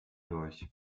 durch